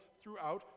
throughout